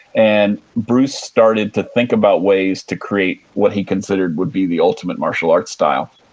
and bruce started to think about ways to create what he considered would be the ultimate martial arts style.